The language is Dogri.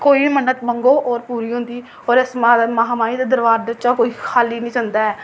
कोई बी मन्नत मंगो ओह् पूरी होंदी पर इस महामाई दे दरबार बिच्चा कोई खाल्ली निं जंदा ऐ